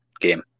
game